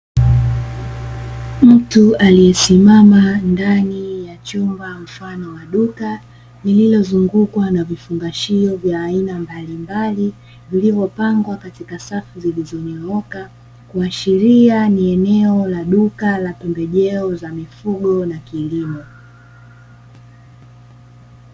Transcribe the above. Mtu aliyesimama ndani ya chumba mfano wa duka, lililozungukwa na vifungashio vya aina mbalimbali, vilivyopangwa katika safu zilizonyooka, kuashiria ni eneo la duka la pembejeo za mifugo na kilimo.